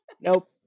Nope